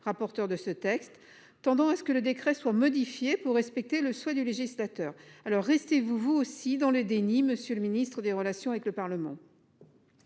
rapporteur de ce texte tendant à ce que le décret soit modifié pour respecter le souhait du législateur. Alors restez-vous vous aussi dans le déni. Monsieur le Ministre des Relations avec le Parlement.